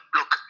Look